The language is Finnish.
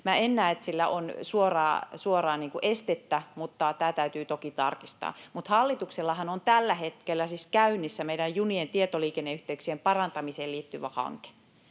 en näe, että siihen on suoraa estettä, mutta tämä täytyy toki tarkistaa. Mutta hallituksellahan on tällä hetkellä käynnissä meidän junien tietoliikenneyhteyksien parantamiseen liittyvä hanke.